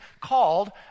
called